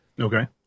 Okay